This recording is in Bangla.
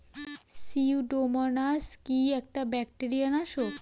সিউডোমোনাস কি একটা ব্যাকটেরিয়া নাশক?